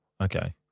okay